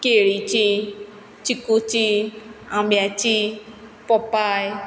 केळीचीं चिकूचीं आंब्याचीं पोपाय